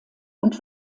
und